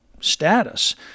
status